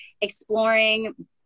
exploring